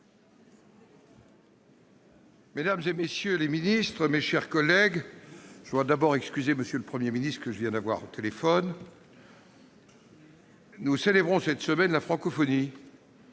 Mesdames, messieurs les ministres, mes chers collègues- je vous prie d'excuser M. le Premier ministre, que je viens d'avoir au téléphone -, nous célébrons cette semaine la francophonie,